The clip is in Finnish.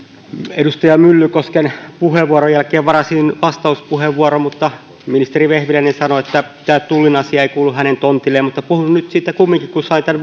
edustaja myllykosken puheenvuoron jälkeen varasin vastauspuheenvuoron mutta sitten ministeri vehviläinen sanoi että tämä tullin asia ei kuulu hänen tontilleen mutta puhun nyt siitä kumminkin kun sain tämän